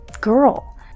girl